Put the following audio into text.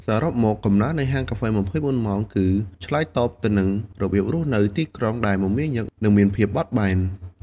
សរុបមក កំណើននៃហាងកាហ្វេ ២៤ ម៉ោងគឺឆ្លើយតបទៅនឹងរបៀបរស់នៅទីក្រុងដែលមមាញឹក និងមានភាពបត់បែន។